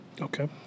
Okay